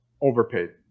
overpaid